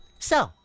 so.